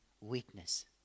weakness